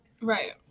Right